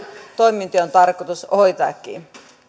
toimintoja on tarkoitus hoitaakin